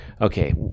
okay